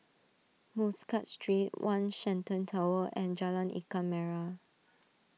Muscat Street one Shenton Tower and Jalan Ikan Merah